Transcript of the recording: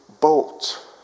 bolt